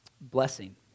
blessing